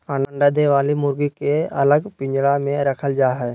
अंडा दे वली मुर्गी के अलग पिंजरा में रखल जा हई